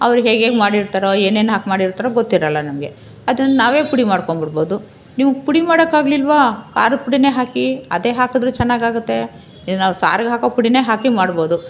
ಅವ್ರು ಹೇಗೇಗೆ ಮಾಡಿರ್ತಾರೊ ಏನೇನು ಹಾಕಿ ಮಾಡಿರ್ತಾರೊ ಗೊತ್ತಿರಲ್ಲ ನಮಗೆ ಅದನ್ನ ನಾವೇ ಪುಡಿ ಮಾಡ್ಕೊಂಡ್ಬಿಡ್ಬೋದು ನೀವು ಪುಡಿ ಮಾಡೋಕ್ಕಾಗಲಿಲ್ವಾ ಖಾರದ ಪುಡಿನೆ ಹಾಕಿ ಅದೆ ಹಾಕಿದರು ಚೆನ್ನಾಗಾಗುತ್ತೆ ಈಗ ನಾವು ಸಾರ್ಗೆ ಹಾಕೋ ಪುಡಿನೇ ಹಾಕಿ ಮಾಡ್ಬೋದು